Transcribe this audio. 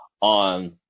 on